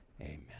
Amen